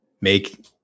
make